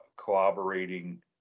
cooperating